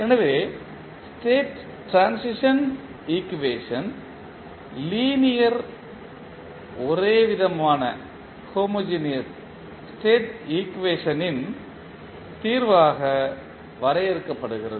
எனவே state transition equation linear ஒரேவிதமான state ஈக்குவேஷன்ட்ன் தீர்வாக வரையறுக்கப்படுகிறது